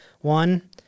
One